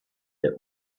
der